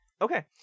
Okay